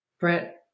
Brett